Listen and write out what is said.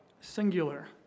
Singular